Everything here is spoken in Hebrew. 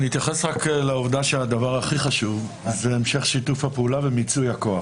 אני אתייחס רק לעובדה שהדבר הכי חשוב זה המשך שיתוף הפעולה ומיצוי הכוח.